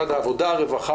לדבר.